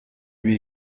lui